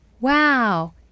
wow